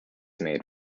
made